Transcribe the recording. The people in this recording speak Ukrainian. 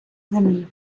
землі